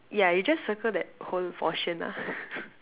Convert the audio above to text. yeah you just circle that whole portion lah